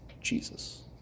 Jesus